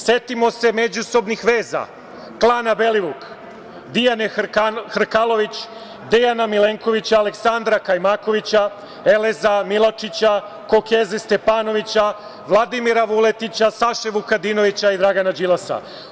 Setimo se međusobnih veza klana Belivuk, Dijane Hrkalović, Dejana Milenkovića, Aleksandra Kajmakovića, Eleza Miločića, Kokeze Stepanovića, Vladimira Vuletića, Saše Vukadinovića i Dragana Đilasa.